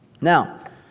Now